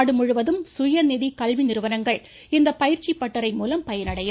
நாடுமுழுவதும் சுயநிதி கல்வி நிறுவனங்கள் இந்த பயிற்சி பட்டறை மூலம் பயனடையும்